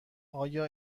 آیا